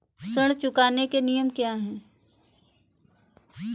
ऋण चुकाने के नियम क्या हैं?